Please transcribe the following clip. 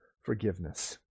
forgiveness